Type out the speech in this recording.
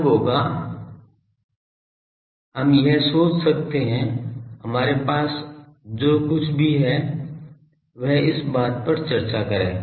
तब होगा हम यह सोच सकते हैं हमारे पास जो कुछ भी है वह इस बात पर चर्चा करे